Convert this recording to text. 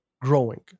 growing